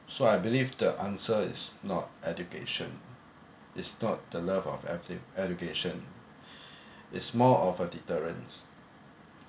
so I believe the answer is not education is not the love of the edu~ education is more of a deterrence